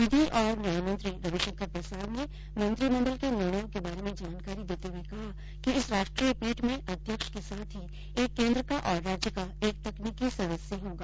विधि और न्यायमंत्री रविशंकर प्रसाद ने मंत्रिमंडल के निर्णयों के बारे में जानकारी देते हये कहा कि इस राष्ट्रीय पीठ में अध्यक्ष के साथ ही एक केन्द्र का और राज्य का एक तकनीकी सदस्य होगा